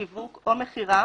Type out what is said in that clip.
שיווק או מכירה